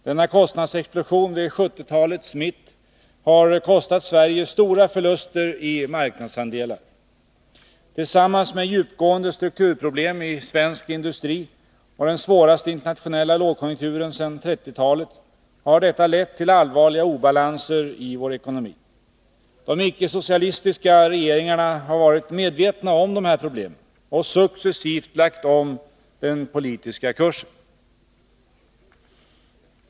Denna kostnadsexplosion vid 1970-talets mitt har för Sverige medfört stora förluster i marknadsandelar. Tillsammans med djupgående strukturproblem i svensk industri och den svåraste internationella lågkonjunkturen sedan 1930-talet har detta lett till allvarliga obalanser i vår ekonomi. De icke-socialistiska regeringarna har varit medvetna om dessa problem och successivt lagt om den politiska kursen.